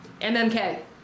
MMK